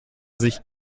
sich